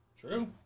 True